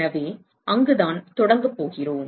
எனவே அங்குதான் தொடங்கப் போகிறோம்